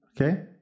Okay